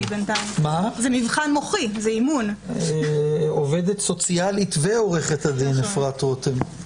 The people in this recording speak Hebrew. ואחריה עובדת סוציאלית ועורכת הדין אפרת רותם,